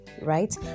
right